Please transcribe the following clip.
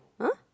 !huh!